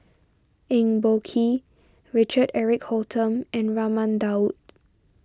Eng Boh Kee Richard Eric Holttum and Raman Daud